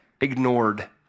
ignored